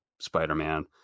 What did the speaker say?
Spider-Man